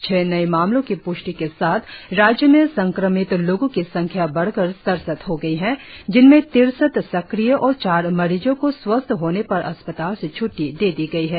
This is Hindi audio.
छह नए मामलों की प्ष्टि के साथ राज्य मे संक्रमित लोगों की संख्या बढ़कर सड़सठ हो गई है जिनमें तिरसठ सक्रिय और चार मरीजों को स्वस्थ होने पर अस्पताल से छ्ट्टी दे दी गई है